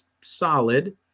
solid